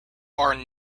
are